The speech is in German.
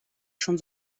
schon